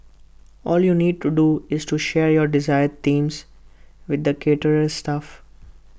all you need to do is to share your desired themes with the caterer's staff